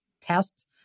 test